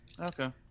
Okay